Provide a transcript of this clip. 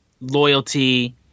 loyalty